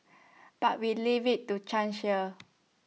but we leave IT to chance here